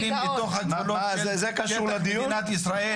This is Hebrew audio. להחזיר את המתנחלים לתוך הגבולות בשטח מדינת ישראל.